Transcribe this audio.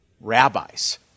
Rabbis